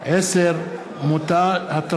10. א.